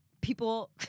People